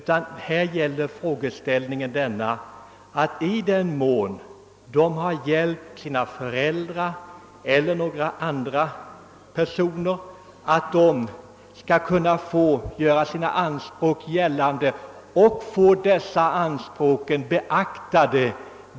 Vad vi velat åstadkomma är att de som hjälpt sina föräldrar eller andra personer vid dessas frånfälle skall kunna göra sina anspråk gällande och få dem beaktade.